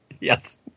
Yes